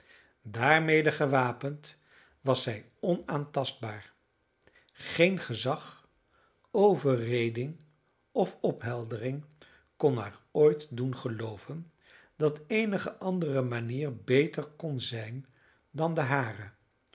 daarmede gewapend was zij onaantastbaar geen gezag overreding of opheldering kon haar ooit doen gelooven dat eenige andere manier beter kon zijn dan de hare